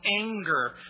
anger